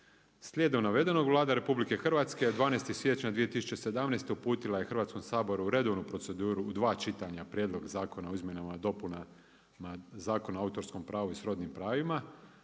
Slijedom navedenog, Vlada RH 12. siječnja 2017. uputila je Hrvatskog sabora redovnu proceduru u dva čitanja prijedlog zakona o izmjenama i dopunama Zakon o autorskom pravu i srodnim pravima.